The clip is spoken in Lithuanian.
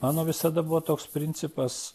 mano visada buvo toks principas